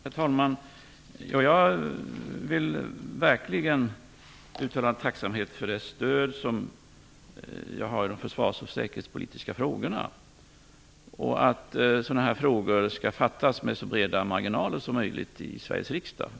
Herr talman! Jag vill verkligen uttala tacksamhet för det stöd som jag har i de försvars och säkerhetspolitiska frågorna. Jag eftersträvar att de försvarspolitiska frågorna skall avgöras med så breda marginaler som möjligt i Sveriges riksdag.